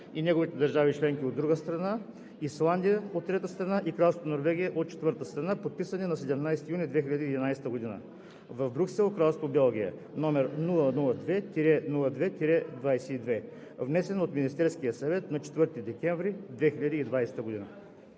и неговите държави членки, от друга страна, Исландия, от трета страна, и Кралство Норвегия, от четвърта страна, подписани на 17 юни 2011 г. в Брюксел, Кралство Белгия, № 002-02-22, внесен от Министерския съвет на 4 декември 20202 г.“